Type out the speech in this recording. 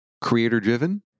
Creator-driven